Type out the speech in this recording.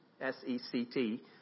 S-E-C-T